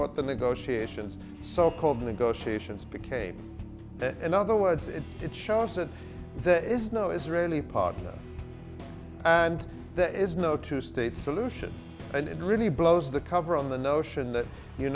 what the negotiation so called negotiations became in other words it it shows that there is no israeli partner and there is no two state solution and it really blows the cover on the notion that you